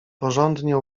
porządnie